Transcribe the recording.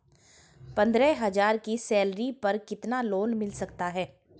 पंद्रह हज़ार की सैलरी पर कितना लोन मिल सकता है?